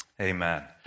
Amen